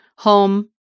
home